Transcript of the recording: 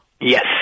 Yes